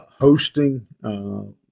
hosting